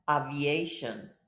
aviation